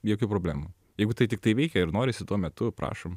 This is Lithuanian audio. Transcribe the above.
jokių problemų jeigu tai tiktai veikia ir norisi tuo metu prašom